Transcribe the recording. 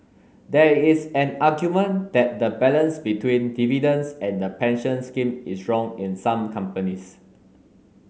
there is an argument that the balance between dividends and the pension scheme is wrong in some companies